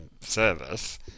service